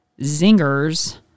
zingers